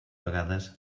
pagades